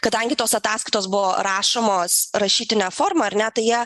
kadangi tos ataskaitos buvo rašomos rašytine forma ar ne tai jie